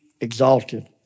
exalted